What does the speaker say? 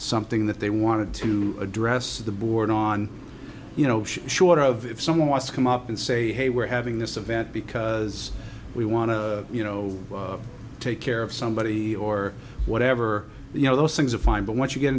something that they wanted to address the board on you know short of if someone wants to come up and say hey we're having this event because we want to you know take care of somebody or whatever you know those things are fine but once you get